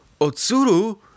Otsuru